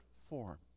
form